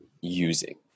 using